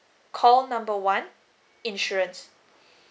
call number one insurance